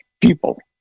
people